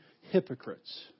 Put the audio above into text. hypocrites